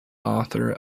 author